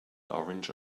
orange